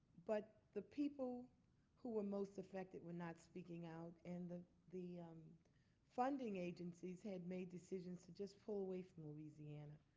but the people who were most affected were not speaking out. and the the funding agencies had made decisions to just pull away from louisiana.